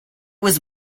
was